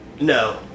No